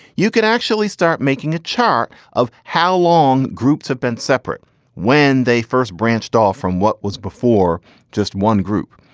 you can actually start making a chart of how long groups have been separate when they first branched off from what was before just one group.